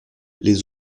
les